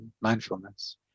mindfulness